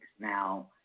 Now